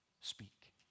speak